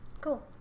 Cool